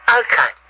okay